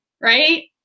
right